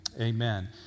Amen